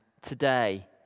today